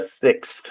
sixth